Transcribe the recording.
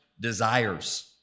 desires